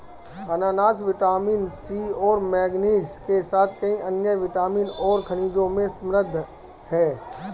अनन्नास vitamin C और manganese के साथ कई अन्य विटामिन और खनिजों में समृद्ध हैं